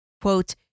quote